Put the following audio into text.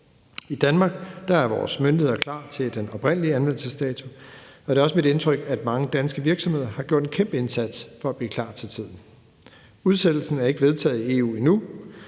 I Danmark er vores myndigheder klar til den oprindelige anvendelsesdato, og det er også mit indtryk, at mange danske virksomheder har gjort en kæmpeindsats for at blive klar til tiden. Udsættelsen er ikke vedtaget i EU endnu,